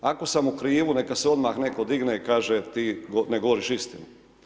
Ako sam u krivu, neka se odmah netko digne i kaže, ti ne govoriš istinu.